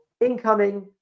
incoming